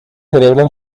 celebran